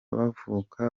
bavuka